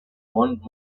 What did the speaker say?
mont